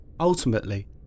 Ultimately